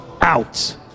out